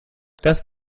das